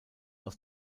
aus